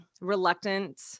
reluctant